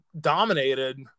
dominated